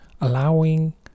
allowing